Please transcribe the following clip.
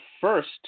first